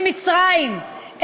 ממצרים,